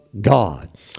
God